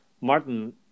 Martin